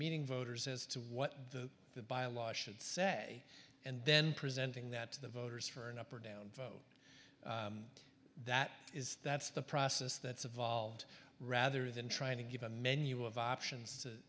meeting voters as to what the byelaw should say and then presenting that to the voters for an up or down vote that is that's the process that's evolved rather than trying to give a menu of options to